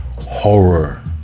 horror